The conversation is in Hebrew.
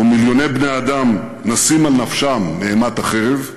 ומיליוני בני-אדם נסים על נפשם מאימת החרב,